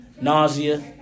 Nausea